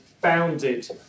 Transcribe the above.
bounded